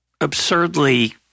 absurdly –